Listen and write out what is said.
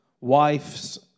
wives